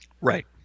Right